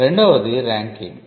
రెండవది ర్యాంకింగ్